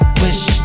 wish